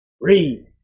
Read